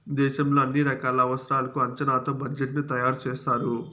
దేశంలో అన్ని రకాల అవసరాలకు అంచనాతో బడ్జెట్ ని తయారు చేస్తారు